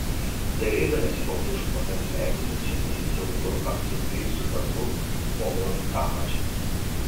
dairydamiesi po tuštumą mes leidomės žemyn siauru aptrupėjusiu taku į uolos apačią